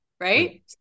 Right